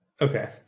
Okay